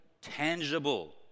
tangible